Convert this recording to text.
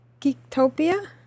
Geektopia